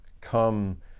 come